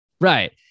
Right